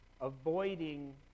Avoiding